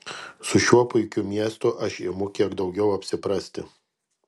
su šiuo puikiu miestu aš imu kiek daugiau apsiprasti